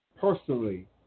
personally